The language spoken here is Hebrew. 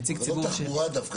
נציג ציבור --- אבל לא תחבורה דווקא,